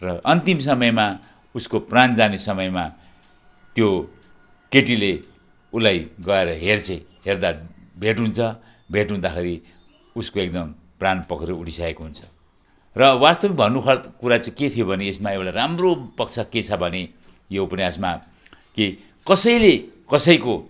र अन्तिम समयमा उसको प्राण जाने समयमा त्यो केटीले उसलाई गएर हेर्छे हेर्दा भेट हुन्छ भेट हुँदाखेरि उसको एकदम प्राणपखेरु उडिसकेको हुन्छ र वास्तविक भन्नु खास कुरा चाहिँ के थियो भने चाहिँ यसमा एउटा राम्रो पक्ष के छ भने यो उपन्यासमा के कसैले कसैको